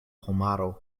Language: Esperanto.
homaro